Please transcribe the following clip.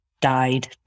died